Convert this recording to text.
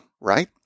right